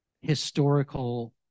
historical